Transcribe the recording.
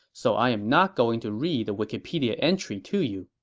so i'm not going to read the wikipedia entry to you.